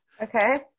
okay